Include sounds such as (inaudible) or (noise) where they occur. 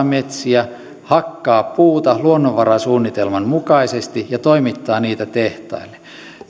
(unintelligible) metsiä hakkaa puuta luonnonvarasuunnitelman mukaisesti ja toimittaa niitä tehtaille